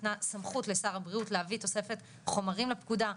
ניתנה סמכות לשר הבריאות להביא תוספת חומרים לפקודה,